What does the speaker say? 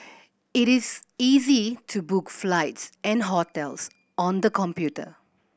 it is easy to book flights and hotels on the computer